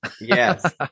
Yes